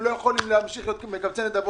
הם לא יכולים להמשיך להיות מקבצי נדבות.